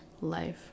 life